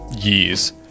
years